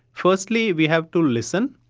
firstly we have to listen.